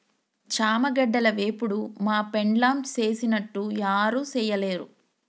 చామగడ్డల వేపుడు మా పెండ్లాం సేసినట్లు యారు సెయ్యలేరు